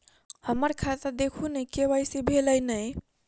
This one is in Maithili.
हम्मर खाता देखू नै के.वाई.सी भेल अई नै?